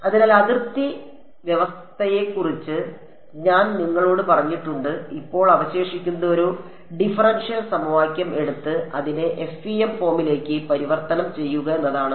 അതിനാൽ അതിർത്തി വ്യവസ്ഥയെക്കുറിച്ച് ഞാൻ നിങ്ങളോട് പറഞ്ഞിട്ടുണ്ട് ഇപ്പോൾ അവശേഷിക്കുന്നത് ഒരു ഡിഫറൻഷ്യൽ സമവാക്യം എടുത്ത് അതിനെ FEM ഫോമിലേക്ക് പരിവർത്തനം ചെയ്യുക എന്നതാണ്